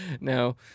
no